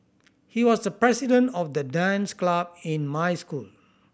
he was the president of the dance club in my school